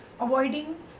avoiding